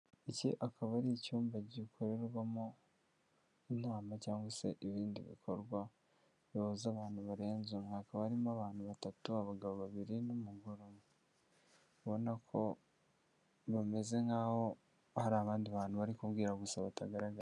Iki akaba ari icyumba gikorerwamo inama cyangwa se ibindi bikorwa bihuza abantu barenze umwe, hakaba harimo abantu batatu, abagabo babiri n'umugore ubona ko bameze nkaho hari abandi bantu bari kumbwira gusa batagaragara.